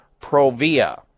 provia